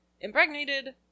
impregnated